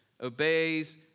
obeys